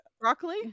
Broccoli